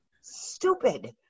stupid